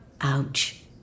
Ouch